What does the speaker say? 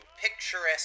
picturesque